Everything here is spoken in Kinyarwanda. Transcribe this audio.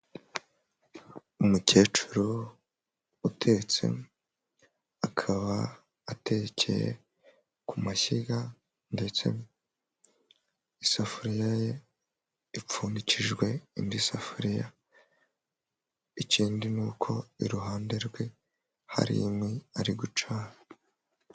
Umukecuru utetse, akaba aterekeye ku mashyiga ndetse isafuriya ye ipfundikijwe indi safuriya, ikindi ni uko iruhande rwe hari inkwi ari gucana.